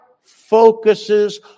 focuses